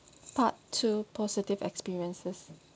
part two positive experiences